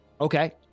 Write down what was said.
Okay